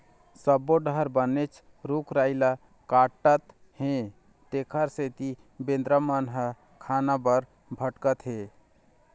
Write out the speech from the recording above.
सब्बो डहर बनेच रूख राई ल काटत हे तेखर सेती बेंदरा मन ह खाना बर भटकत हे